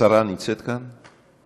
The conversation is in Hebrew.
השרה נמצאת כאן?